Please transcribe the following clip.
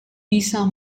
bisa